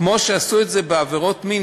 כמו שעשו את זה בעבירות מין,